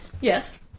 Yes